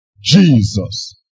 Jesus